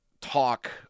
talk